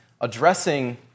addressing